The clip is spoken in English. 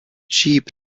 cheap